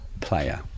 player